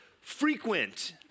frequent